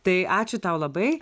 tai ačiū tau labai